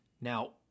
Now